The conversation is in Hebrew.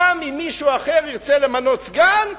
גם אם מישהו אחר ירצה למנות סגן,